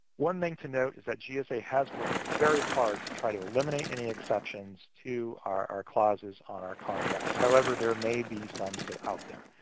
one thing to note that gsa has worked very hard to try to eliminate any exceptions to our our clauses on our contracts. however, there may be some still out there.